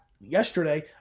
yesterday